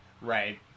Right